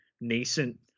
nascent